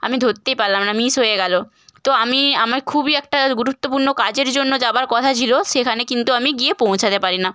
আমি ধরতেই পারলাম না মিস হয়ে গেলো তো আমি আমার খুবই একটা গুরুত্বপূর্ণ কাজের জন্য যাওয়ার কথা ছিল সেখানে কিন্তু আমি গিয়ে পৌঁছাতে পারি না